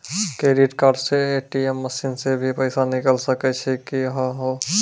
Credit card से ATM machine से भी पैसा निकल सकै छि का हो?